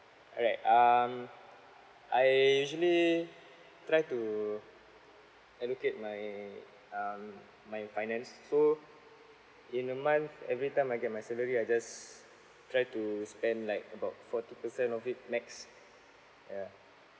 all right um I usually try to allocate my um my finance so in a month every time I get my salary I just try to spend like about forty percent of it max yeah